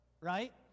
Right